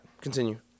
continue